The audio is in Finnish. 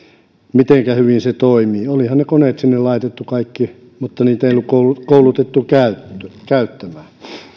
mitenkä hyvin se toimii olihan ne koneet sinne laitettu kaikki mutta ei ollut koulutettu niitä käyttämään